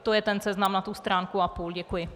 To je ten seznam na stránku a půl. Děkuji.